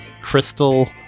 crystal